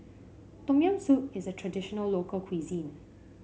Tom Yam Soup is a traditional local cuisine